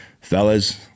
Fellas